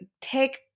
Take